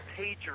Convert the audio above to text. pager